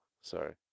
sorry